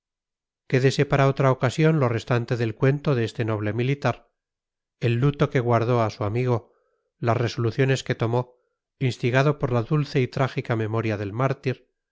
una cruz quédese para otra ocasión lo restante del cuento de este noble militar el luto que guardó a su amigo las resoluciones que tomó instigado por la dulce y trágica memoria del mártir